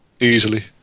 easily